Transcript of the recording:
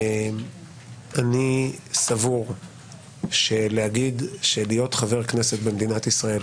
אני סבור שלהגיד שלהיות חבר כנסת במדינת ישראל,